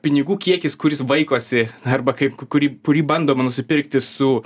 pinigų kiekis kuris vaikosi arba kaip kurį kurį bandoma nusipirkti su